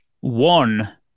one